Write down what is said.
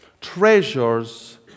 Treasures